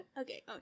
Okay